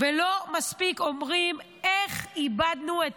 ולא מספיק אומרים איך איבדנו את